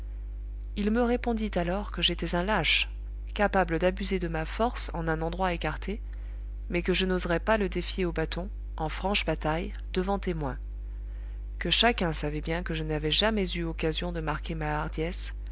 il me répondit alors que j'étais un lâche capable d'abuser de ma force en un endroit écarté mais que je n'oserais pas le défier au bâton en franche bataille devant témoins que chacun savait bien que je n'avais jamais eu occasion de marquer ma hardiesse